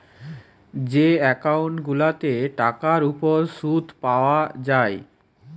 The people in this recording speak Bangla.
যে একউন্ট গুলাতে টাকার উপর শুদ পায়া যায়